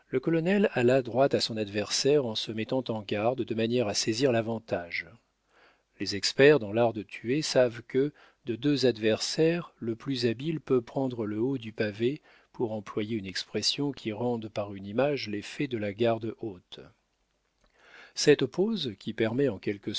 le colonel alla droit à son adversaire en se mettant en garde de manière à saisir l'avantage les experts dans l'art de tuer savent que de deux adversaires le plus habile peut prendre le haut du pavé pour employer une expression qui rende par une image l'effet de la garde haute cette pose qui permet en quelque